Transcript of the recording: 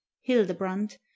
hildebrand